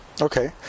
Okay